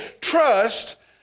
trust